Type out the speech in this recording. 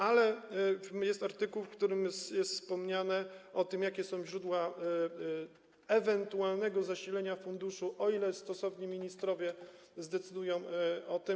Ale jest artykuł, w którym jest wspomniane o tym, jakie są źródła ewentualnego zasilenia funduszu, o ile stosowni ministrowie zdecydują o tym.